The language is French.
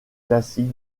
classique